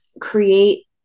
create